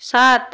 সাত